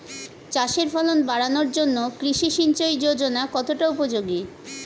চাষের ফলন বাড়ানোর জন্য কৃষি সিঞ্চয়ী যোজনা কতটা উপযোগী?